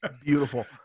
Beautiful